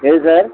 எது சார்